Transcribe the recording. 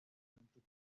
juventud